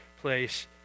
place